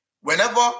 Whenever